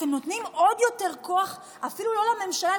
אתם נותנים עוד יותר כוח אפילו לא לממשלה,